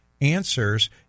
answers